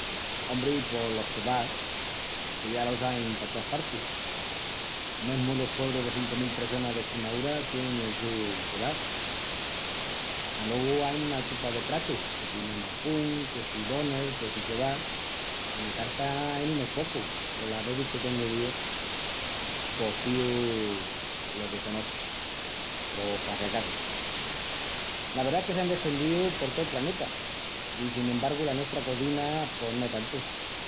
Ombri, pos los kebab, que ya los ain pa toas partis. Mesmu los puebrus de cincu mil pressonas d'Estremaúra tienin el su kebab. Alogu ain una tupa de pratus, que si lahmacun, que si doner, que si kebab. Ena carta ain unus pocus peru las vezis que tengu díu pos píu lo que conoçu pos pa si acasu. La verdá es que s'án destendíu por tol praneta i, sin embargu, la nuestra cozina pos no tantu...